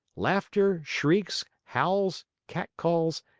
laughter, shrieks, howls, catcalls,